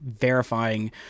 verifying